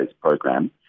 program